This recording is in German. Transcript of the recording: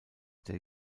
der